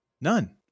None